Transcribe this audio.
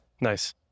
Nice